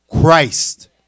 Christ